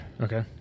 Okay